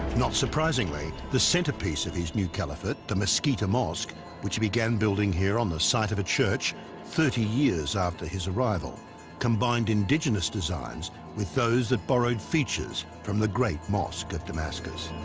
not surprisingly the centrepiece of his new caliphate the mosquito mosque which began building here on the site of a church thirty years after his arrival combined indigenous designs with those that borrowed features from the great mosque damascus